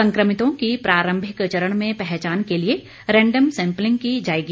संक्रमितों की प्रारंभिक चरण में पहचान के लिए रैंडम सैंपलिंग की जाएगी